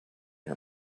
her